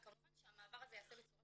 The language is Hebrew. וכמובן שהמעבר הזה ייעשה בצורה